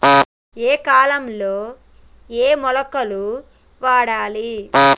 ఏయే కాలంలో ఏయే మొలకలు వాడాలి?